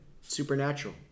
Supernatural